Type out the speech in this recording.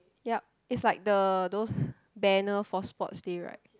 yup it's like the those banner for sports day right